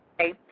Okay